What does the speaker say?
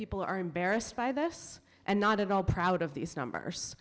people are embarrassed by this and not at all proud of these numbers